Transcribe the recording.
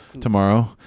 tomorrow